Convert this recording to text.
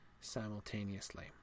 simultaneously